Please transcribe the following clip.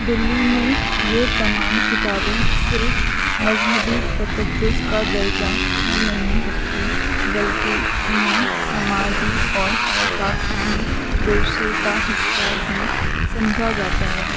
دلی میں یہ تمام کتابیں صرف مذہبی تقدس کا درجہ ہی نہیں رکھتیں بلکہ انہیں سماجی اور ثقافتی ورثے کا حصہ بھی سمجھا جاتا ہے